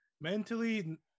Mentally